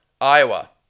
Iowa